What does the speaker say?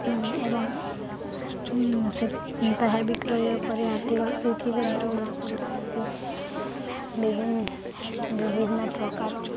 ଏବଂ ସେ ତାହା ବିକ୍ରୟ କରି ଆର୍ଥିକ ସ୍ଥିତିରେ ଦୃଢ଼ କରିଥାନ୍ତି ବି ବିଭିନ୍ନ ପ୍ରକାର